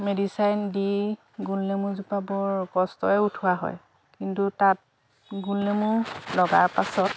medicine দি গোল নেমুজোপা বৰ কষ্টৰে উঠোৱা হয় কিন্তু তাত গোল নেমু লগাৰ পাছত